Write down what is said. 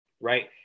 right